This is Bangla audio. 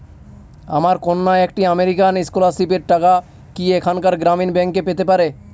আমার কন্যা একটি আমেরিকান স্কলারশিপের টাকা কি এখানকার গ্রামীণ ব্যাংকে পেতে পারে?